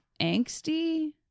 angsty